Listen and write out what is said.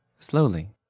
slowly